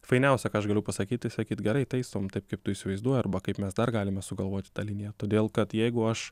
fainiausia ką aš galiu pasakyt tai sakyt gerai taisom taip kaip tu įsivaizduoji arba kaip mes dar galime sugalvoti tą liniją todėl kad jeigu aš